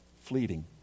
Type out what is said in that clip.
fleeting